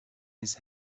his